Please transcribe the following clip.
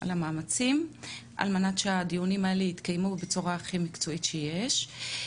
על המאמצים על מנת שהדיונים האלה יתקיימו בצורה הכי מקצועית שיש.